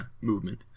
movement